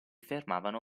fermavano